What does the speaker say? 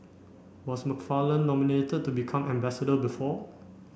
was McFarland nominated to become ambassador before